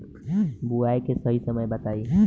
बुआई के सही समय बताई?